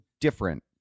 different